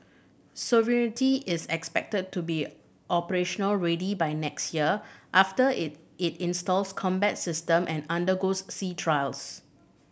sovereignty is expected to be operational ready by next year after it it installs combat system and undergoes sea trials